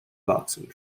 boxing